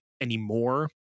anymore